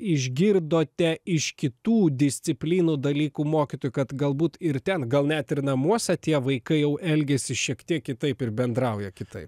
išgirdote iš kitų disciplinų dalykų mokytojų kad galbūt ir ten gal net ir namuose tie vaikai jau elgiasi šiek tiek kitaip ir bendrauja kitaip